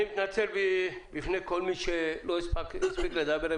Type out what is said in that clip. אני מתנצל בפני כל מי שלא הספיק לדבר,